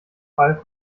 fall